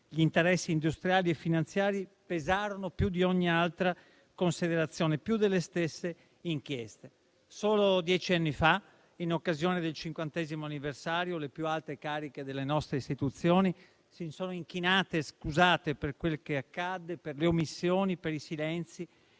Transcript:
gli interessi industriali e finanziari pesarono più di ogni altra considerazione, più delle stesse inchieste. Solo dieci anni fa, in occasione del cinquantesimo anniversario, le più alte cariche delle nostre istituzioni si sono inchinate e scusate per quel che accadde, per le omissioni, per i silenzi